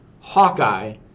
Hawkeye